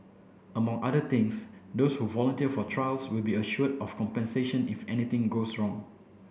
among other things those who volunteer for trials will be assured of compensation if anything goes wrong